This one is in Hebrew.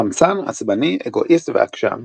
קמצן, עצבני, אגואיסט ועקשן.